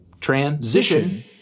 Transition